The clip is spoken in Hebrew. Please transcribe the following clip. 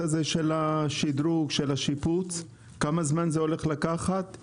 הזה של השיפוץ; כמה זמן זה הולך לקחת;